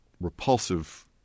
repulsive